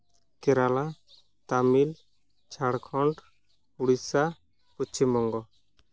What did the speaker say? Kerala Tamil Jharkhand Odisha Paschim Banga